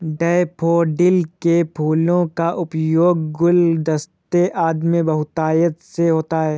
daffodil के फूलों का उपयोग गुलदस्ते आदि में बहुतायत से होता है